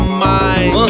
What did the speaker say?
mind